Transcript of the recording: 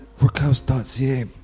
workhouse.ca